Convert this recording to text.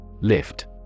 Lift